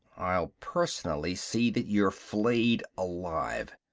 i'll personally see that you're flayed alive!